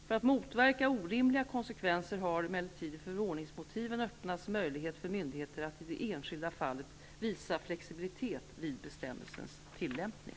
För att motverka orimliga konsekvenser har emellertid i förordningsmotiven öppnats möjlighet för myndigheter att i det enskilda fallet visa flexibilitet vid bestämmelsens tillämpning.